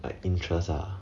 like interest ah